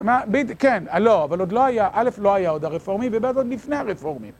כן, לא, אבל עוד לא היה, א', לא היה עוד הרפורמי, וב', עוד לפני הרפורמי.